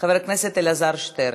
חבר הכנסת אלעזר שטרן.